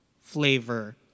flavor